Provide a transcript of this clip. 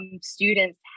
students